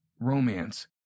romance